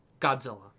Godzilla